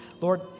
Lord